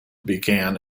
began